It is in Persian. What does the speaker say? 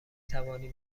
توانیم